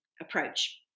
approach